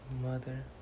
Mother